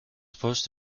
supposed